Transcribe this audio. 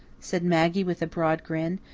said maggie with a broad grin.